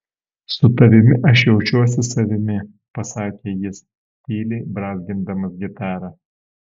su tavimi aš jaučiuosi savimi pasakė jis tyliai brązgindamas gitarą